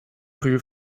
rue